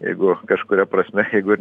jeigu kažkuria prasme jeigu ir